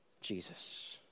Jesus